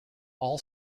all